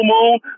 moon